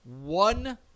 One